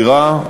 ולהעבירה,